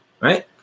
Right